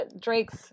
Drake's